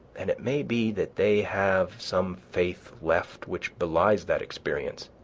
and it may be that they have some faith left which belies that experience,